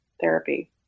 therapy